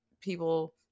people